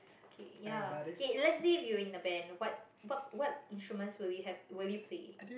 K ya okay let's say if you are in the band what what what instrument would you have would you play